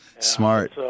Smart